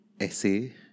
essay